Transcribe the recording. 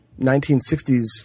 1960s